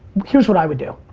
here's what i would do.